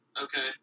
Okay